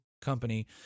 company